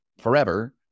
forever